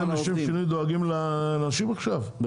אז אתם דואגים לאנשים עכשיו, לשם שינוי?